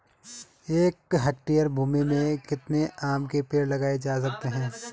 एक हेक्टेयर भूमि में कितने आम के पेड़ लगाए जा सकते हैं?